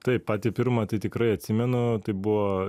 taip patį pirmą tai tikrai atsimenu tai buvo